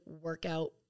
workout